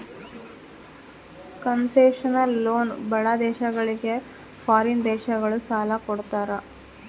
concessional loan ಬಡ ದೇಶಗಳಿಗೆ foreign ದೇಶಗಳು ಸಾಲ ಕೊಡ್ತಾರ